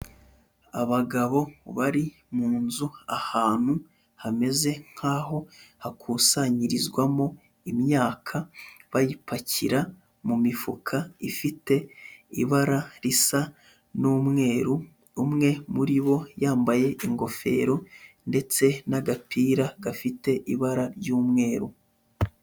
Abagabo bari mu nzu ahantu hameze nkaho hakusanyirizwamo imyaka bayipakira mu mifuka ifite ibara risa n'umweru, umwe muri bo yambaye ingofero ndetse n'agapira gafite ibara ry'umweru.